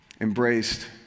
embraced